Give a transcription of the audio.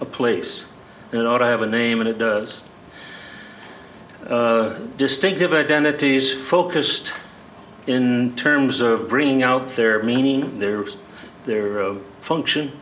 a place that ought to have a name and it does a distinctive identities focused in terms of bringing out their meaning their their function